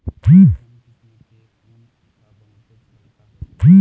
मध्यम किसम के ऊन ह बहुतेच हल्का होथे